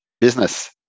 business